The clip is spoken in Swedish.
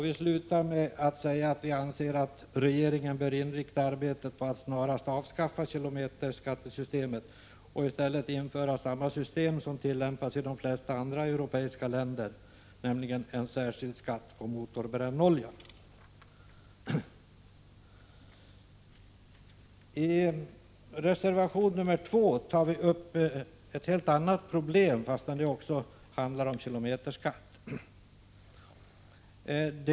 Vi slutar med att säga att vi anser att regeringen bör inrikta arbetet på att snarast avskaffa kilometerskattesystemet och i stället införa samma system som tillämpas i de flesta andra europeiska länder, nämligen en särskild skatt på motorbrännolja. I reservation 2 tar vi upp ett helt annat problem, men även det handlar om kilometerskatten.